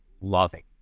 loving